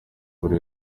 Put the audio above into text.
buri